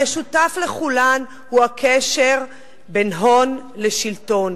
המשותף לכולם הוא הקשר בין הון לשלטון,